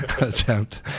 attempt